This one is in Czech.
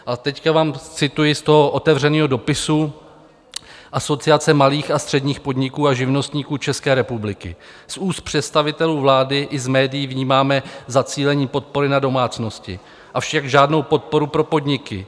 A teď vám budu citovat z toho otevřeného dopisu Asociace malých a středních podniků a živnostníků České republiky: Z úst představitelů vlády i z médií vnímáme zacílení podpory na domácnosti, avšak žádnou podporu pro podniky.